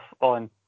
on